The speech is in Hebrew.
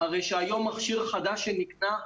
הרי שהיום מכשיר חדש שנקנה,